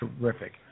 Terrific